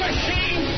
machine